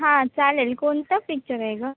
हां चालेल कोणता पिक्चर आहे ग